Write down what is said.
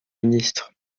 ministre